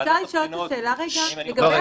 וועדת הכלכלה שעוסקת בענייני תקשורת